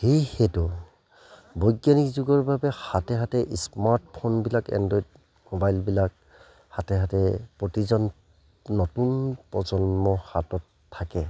সেইহেতু বৈজ্ঞানিক যুগৰ বাবে হাতে হাতে স্মাৰ্টফোনবিলাক এণ্ড্ৰইড মোবাইলবিলাক হাতে হাতে প্ৰতিজন নতুন প্ৰজন্মৰ হাতত থাকে